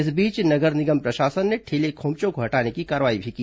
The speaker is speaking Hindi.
इस बीच नगर निगम प्रशासन ने ठेले खोमचों को हटाने की कार्रवाई भी की